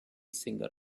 singer